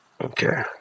Okay